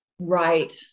Right